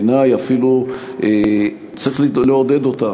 בעיני אפילו צריך לעודד אותה.